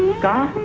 god!